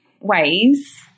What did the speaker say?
ways –